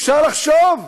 אפשר לחשוב.